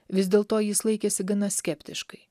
vis dėlto jis laikėsi gana skeptiškai